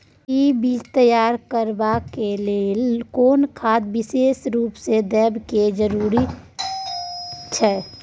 कि बीज तैयार करबाक लेल कोनो खाद विशेष रूप स देबै के जरूरी अछि की?